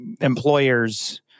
employers